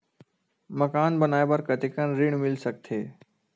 मकान बनाये बर कतेकन ऋण मिल सकथे?